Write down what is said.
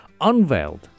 unveiled